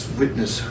witness